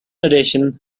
addition